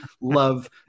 love